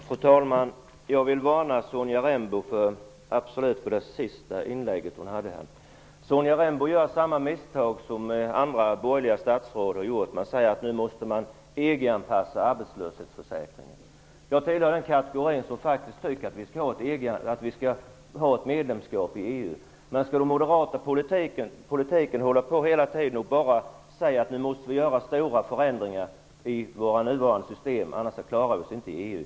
Fru talman! Jag vill varna Sonja Rembo för det sista hon sade i sitt inlägg. Sonja Rembo gör samma misstag som vissa borgerliga statsråd har gjort. Man säger att man nu måste EU-anpassa arbetslöshetsförsäkringen. Jag tillhör den kategori som faktiskt tycker att vi skall vara medlemmar i EU. Det verkar som om de moderata politikerna hela tiden säger att vi måste genomföra stora förändringar i våra nuvarande system, annars klarar vi oss inte i EU.